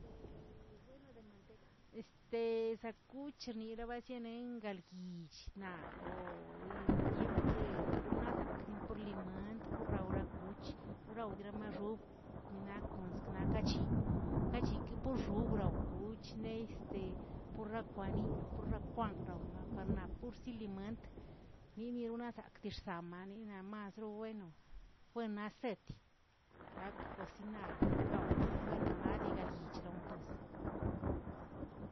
bueno de manteca este za kuch rnirabarzianen galgyich naꞌ lo, tiempre runa zakren pur limantə pur raura rakuch raudira maxuꞌu nakons knakachi kachiki pu xobraw kuchney este purra kwaniꞌi apurrakwan rawmaꞌa para naa pur silimant niniwnazak tirzamani namasroeno, fuena set nak kosinar dii gawꞌin weno naꞌ dii galyichlom pues.